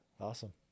awesome